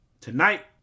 tonight